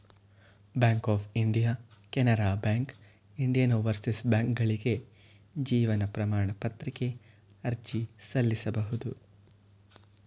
bank of India Canara bank Indian overseas ಬ್ಯಾಂಕ್ಕ್ಗಳಿಗೆ ಜೀವನ ಪ್ರಮಾಣ ಪತ್ರಕ್ಕೆ ಅರ್ಜಿ ಸಲ್ಲಿಸಬಹುದು